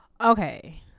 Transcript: Okay